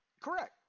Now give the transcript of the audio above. Correct